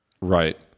Right